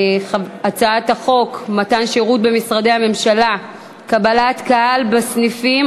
הצעת חוק מתן שירות במשרדי הממשלה (קבלת קהל בסניפים),